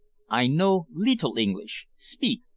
i know littil engleesh speak,